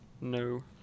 No